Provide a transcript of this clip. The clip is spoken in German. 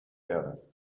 erde